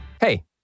Hey